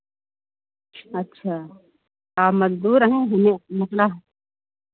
अच्छा और मज़दूर हैं हमें मतलब